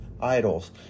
Idols